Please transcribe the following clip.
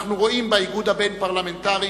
אנחנו רואים באיגוד הבין-פרלמנטרי